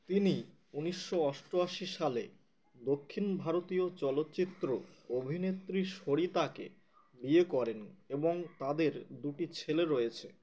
তিনি উনিশশো অষ্টআশি সালে দক্ষিণ ভারতীয় চলচ্চিত্র অভিনেত্রী সরিতাকে বিয়ে করেন এবং তাদের দুটি ছেলে রয়েছে